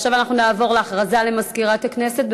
נעבור להודעה למזכירת הכנסת.